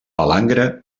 palangre